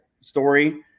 story